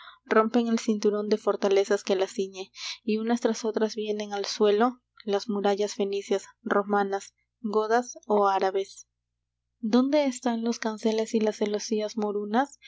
rompen el cinturón de fortalezas que las ciñe y unas tras otras vienen al suelo las murallas fenicias romanas godas ó árabes dónde están los canceles y las celosías morunas